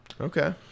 Okay